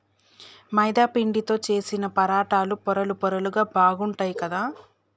మైదా పిండితో చేశిన పరాటాలు పొరలు పొరలుగా బాగుంటాయ్ కదా